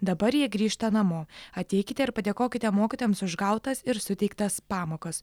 dabar jie grįžta namo ateikite ir padėkokite mokytojams už gautas ir suteiktas pamokas